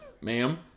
ma'am